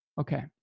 Okay